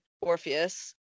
Orpheus